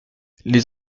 les